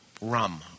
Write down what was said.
Rum